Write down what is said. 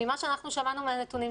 ממה שאנחנו שמענו מהנתונים,